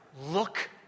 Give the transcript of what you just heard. look